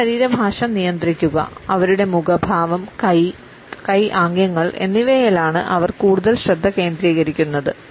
അവരുടെ ശരീരഭാഷ നിയന്ത്രിക്കുക അവരുടെ മുഖഭാവം കൈ കൈ ആംഗ്യങ്ങൾ എന്നിവയിലാണ് അവർ കൂടുതൽ ശ്രദ്ധ കേന്ദ്രീകരിക്കുന്നത്